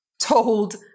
told